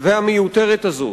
והמיותרת הזאת.